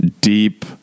deep